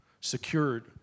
secured